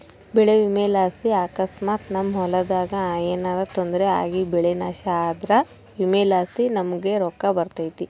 ಬೆಳೆ ವಿಮೆಲಾಸಿ ಅಕಸ್ಮಾತ್ ನಮ್ ಹೊಲದಾಗ ಏನನ ತೊಂದ್ರೆ ಆಗಿಬೆಳೆ ನಾಶ ಆದ್ರ ವಿಮೆಲಾಸಿ ನಮುಗ್ ರೊಕ್ಕ ಬರ್ತತೆ